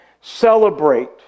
celebrate